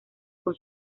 con